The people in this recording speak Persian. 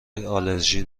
آلرژی